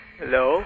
hello